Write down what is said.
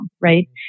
right